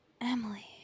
Emily